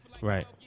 Right